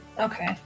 Okay